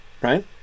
right